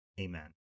Amen